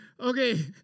okay